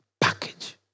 package